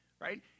right